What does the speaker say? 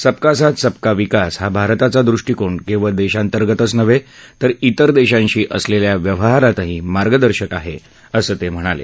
सबका साथ सबका विकास हा भारताचा दृष्टीकोन केवळ देशांतर्गतच नव्हे तर तिर देशांशी असलेल्या व्यवहारातही मार्गदर्शक आहे असं ते म्हणाले